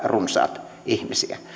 runsaat kahdeksankymmentäkolmetuhatta